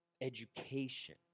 education